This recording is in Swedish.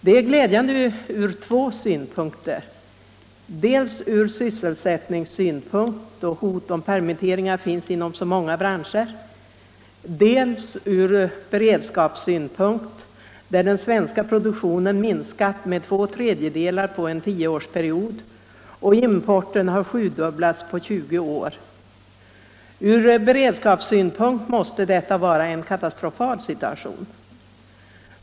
Det är glädjande ur två synpunkter — dels ur sysselsättningssynpunkt, då hot om permitteringar finns inom så många branscher, dels ur beredskapssynpunkt. Den svenska produktionen har minskat med två tredjedelar på en tioårsperiod, och importen har sjudubblats på 20 år. Ur beredskapssynpunkt måste detta vara en katastrofal situation.